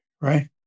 right